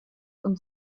und